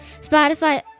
Spotify